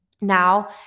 Now